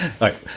right